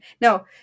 No